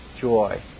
joy